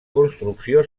construcció